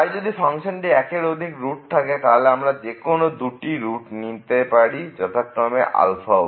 তাই যদি এই ফাংশনটির একের অধিক রুট থাকে তাহলে আমরা যেকোনো দুটি রুট নিতে পারি যথাক্রমে ও